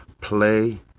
Play